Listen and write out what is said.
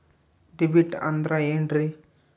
DBT ಅಂದ್ರ ಏನ್ರಿ?